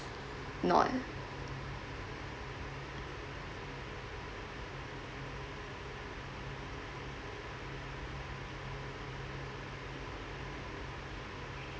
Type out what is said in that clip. not